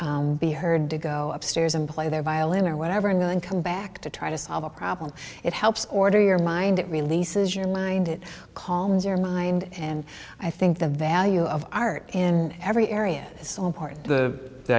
be heard to go upstairs and play their violin or whatever and then come back to try to solve a problem it helps order your mind it release is your mind it calms your mind and i think the value of art in every area is so important t